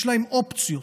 יש להם אופציות.